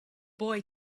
boy